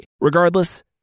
Regardless